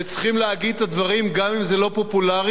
וצריכים להגיד את הדברים גם אם זה לא פופולרי,